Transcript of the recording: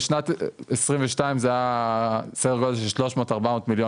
בשנת 2022 היה סדר גודל של 300,400 מיליון